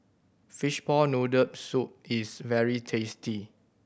fishball noodle soup is very tasty